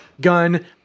Gun